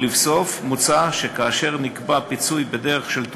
ולבסוף, מוצע שכאשר נקבע פיצוי בדרך של תרומה,